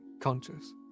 conscious